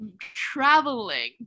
traveling